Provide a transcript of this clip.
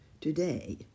Today